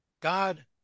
God